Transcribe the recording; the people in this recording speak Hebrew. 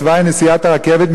בתוואי נסיעת הרכבת,